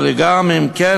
אבל גם אם כן,